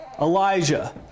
Elijah